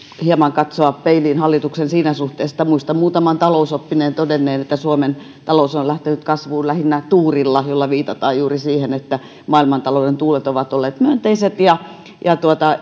hieman myös katsoa peiliin hallituksen siinä suhteessa että muistan muutaman talousoppineen todenneen että suomen talous on lähtenyt kasvuun lähinnä tuurilla millä viitataan juuri siihen että maailmantalouden tuulet ovat olleet myönteiset ja ja